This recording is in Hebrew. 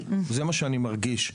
זה מה שאני מרגיש,